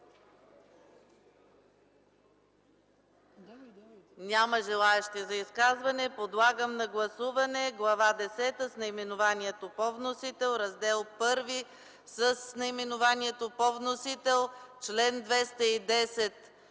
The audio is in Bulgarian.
Няма желаещи за изказване. Подлагам на гласуване Глава десета с наименованието по вносител, Раздел І с наименованието по вносител и чл. 210